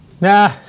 Nah